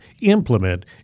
implement